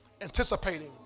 anticipating